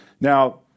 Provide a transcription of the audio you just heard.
Now